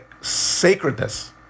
sacredness